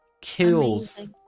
kills